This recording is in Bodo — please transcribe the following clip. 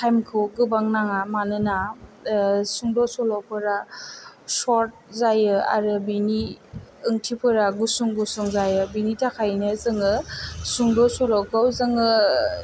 टाइमखौ गोबां नाङा मानोना सुंद' सल'फोरा सर्थ जायो आरो बेनि ओंथिफोरा गुसुं गुसुं जायो बेनि थाखायनो जोङो सुंद' सल'खौ जोङो